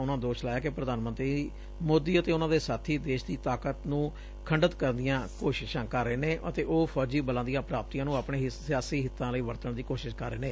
ਉਨੂਾ ਦੋਸ਼ ਲਾਇਆ ਕਿ ਪ੍ਰਧਾਨ ਮੰਤਰੀ ਮੋਦੀ ਅਤੇ ਉਨੂਾ ਦੇ ਸਾਬੀ ਦੇਸ਼ ਦੀ ਡਾਕਤ ਨੂੰ ਖੰਡਿਤ ਕਰਨ ਦੀਆਂ ਕੋਸ਼ਿਸਾਂ ਕਰ ਰਹੇ ਨੇ ਅਤੇ ਉਹ ਫੌਜੀ ਬਲਾਂ ਦੀਆਂ ਪ੍ਰਾਪਤੀਆਂ ਨੂੰ ਆਪਣੇ ਸਿਆਸੀ ਹਿੱਤਾਂ ਲਈ ਵਰਤਣ ਦੀ ਕੋਸ਼ਿਸ਼ ਕਰ ਰਹੇ ਨੇ